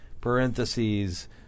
Parentheses